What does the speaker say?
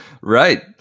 Right